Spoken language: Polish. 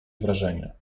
wrażenie